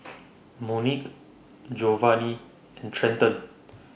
Monique Jovany and Trenton